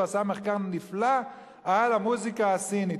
והוא עשה מחקר נפלא על המוזיקה הסינית,